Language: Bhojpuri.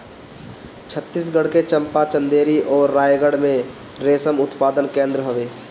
छतीसगढ़ के चंपा, चंदेरी अउरी रायगढ़ में रेशम उत्पादन केंद्र हवे